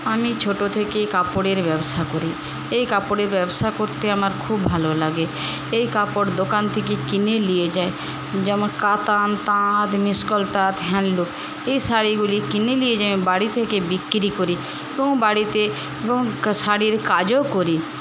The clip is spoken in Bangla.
আমি ছোট থেকেই কাপড়ের ব্যবসা করি এই কাপড়ের ব্যবসা করতে আমার খুব ভালো লাগে এই কাপড় দোকান থেকে কিনে নিয়ে যাই যেমন কাতান তাঁত মিস্কল তাঁত হ্যান্ডলুম এই শাড়িগুলি কিনে নিয়ে যাই আমি বাড়ি থেকে বিক্রি করি এবং বাড়িতে এবং শাড়ির কাজও করি